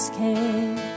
came